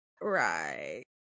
right